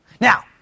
Now